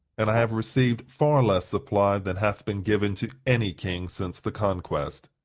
and i have received far less supply than hath been given to any king since the conquest.